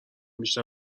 بیشتر